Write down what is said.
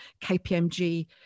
KPMG